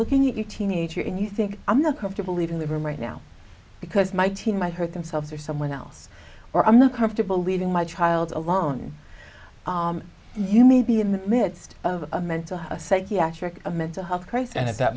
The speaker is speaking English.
looking at your teenager and you think i'm not comfortable leaving the room right now because my teen might hurt themselves or someone else or i'm not comfortable leaving my child alone you may be in the midst of a mental psychiatric a mental health crisis and at that